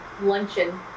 luncheon